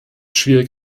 schwierig